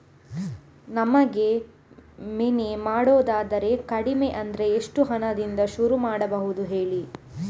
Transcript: ನಮಗೆ ವಿಮೆ ಮಾಡೋದಾದ್ರೆ ಕಡಿಮೆ ಅಂದ್ರೆ ಎಷ್ಟು ಹಣದಿಂದ ಶುರು ಮಾಡಬಹುದು ಹೇಳಿ